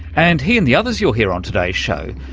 and he, and the others you'll hear on today's show,